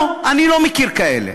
לא, אני לא מכיר כאלה.